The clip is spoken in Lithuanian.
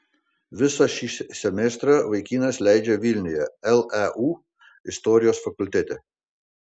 visą šį semestrą vaikinas leidžia vilniuje leu istorijos fakultete